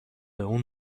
اون